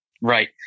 Right